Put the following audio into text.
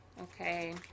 okay